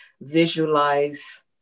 visualize